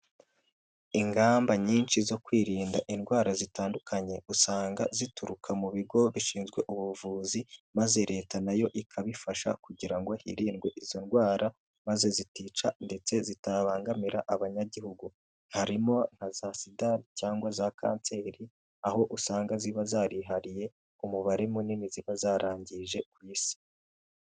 Ingamba nyinshi zo kwirinda indwara zitandukanye, usanga zituruka mu bigo bishinzwe ubuvuzi maze Leta nayo ikabifasha kugira ngo hirindwe izo ndwara, maze zitica ndetse zitabangamira abanyagihugu. Harimo nka za SIDA cyangwa za Kanseri aho usanga ziba zarihariye umubare munini ziba zarangije ku isi.